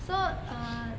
so uh